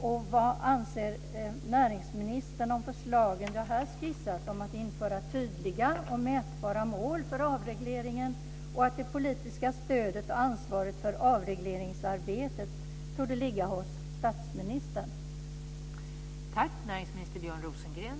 Och vad anser näringsministern om förslagen som jag här har skissat om att införa tydliga och mätbara mål för avregleringen och att det politiska stödet och ansvaret för avregleringsarbetet torde ligga hos statsministern?